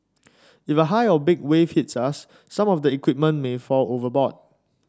if a high or big wave hits us some of the equipment may fall overboard